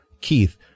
Keith